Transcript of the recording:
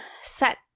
set